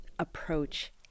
approach